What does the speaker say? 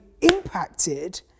impacted